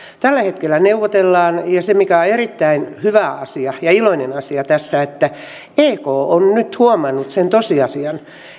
tällä hetkellä neuvotellaan ja erittäin hyvä asia ja iloinen asia tässä on se että ek on nyt huomannut sen tosiasian